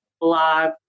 blog